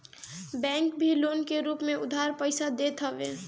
bank भी loan के रूप में उधार पईसा देत हवे